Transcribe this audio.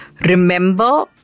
remember